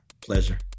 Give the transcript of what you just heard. Pleasure